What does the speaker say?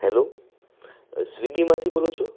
hello સ્વિગીમાંથી બોલો છો